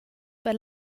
per